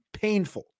Painful